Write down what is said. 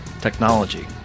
Technology